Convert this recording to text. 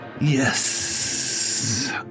Yes